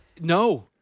No